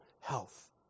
health